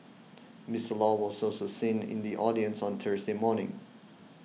Mister Law was also seen in the audience on Thursday morning